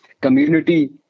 community